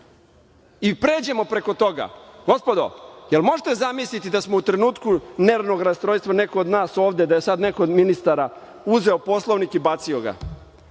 I pređemo preko toga. gospodo, jel možete zamisliti da smo u trenutku nervnog rastrojstva, da je neko sada od nas ovde, neko od ministara uzeo Poslovnik i bacio ga.